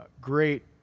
Great